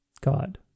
God